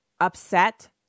upset